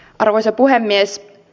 arvoisa puhemies